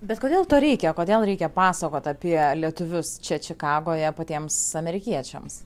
bet kodėl to reikia kodėl reikia pasakot apie lietuvius čia čikagoje patiems amerikiečiams